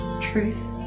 truth